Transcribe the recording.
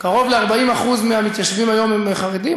קרוב ל-40% מהמתיישבים היום הם חרדים.